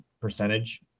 percentage